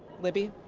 libby?